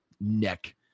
neck